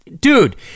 Dude